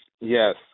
Yes